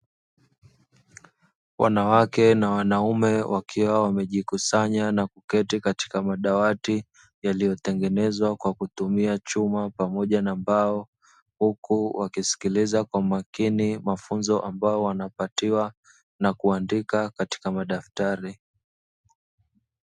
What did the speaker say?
Wanawake na wanaume wakiwa wamejikusanya na kuketi katika madawati; yaliyotengenezwa kwa kutumia chuma pamoja na mbao, huku wakisikiliza kwa makini mafunzo ambayo wanapatiwa na kuandika katika madaftari.